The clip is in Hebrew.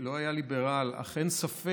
לא היה ליברל, אך אין ספק